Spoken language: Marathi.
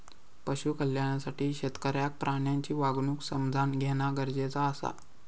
पशु कल्याणासाठी शेतकऱ्याक प्राण्यांची वागणूक समझान घेणा गरजेचा आसा